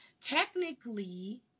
Technically